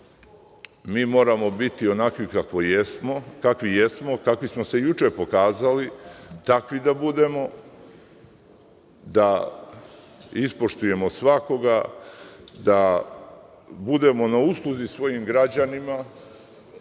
mi moramo biti onakvi kakvi jesmo. Tako smo se i juče pokazali, takvi da budemo, da ispoštujemo svakoga, da budemo na usluzi svojim građanima,